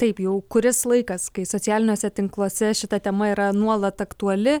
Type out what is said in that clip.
taip jau kuris laikas kai socialiniuose tinkluose šita tema yra nuolat aktuali